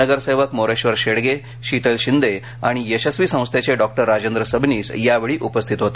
नगरसेवक मोरेश्वर शेडगे शितल शिंदे आणि यशस्वी संस्थेचे डॉक्टर राजेंद्र सबनीस यावेळी उपस्थिती होते